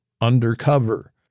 Undercover